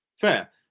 Fair